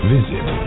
Visit